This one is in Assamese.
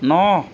ন